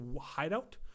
hideout